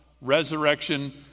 resurrection